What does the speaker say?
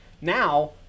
now